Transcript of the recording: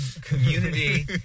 community